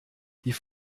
die